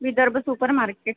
Vidarbha super market